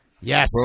Yes